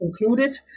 included